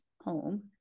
home